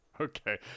Okay